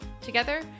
Together